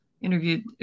interviewed